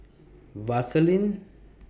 Vaselin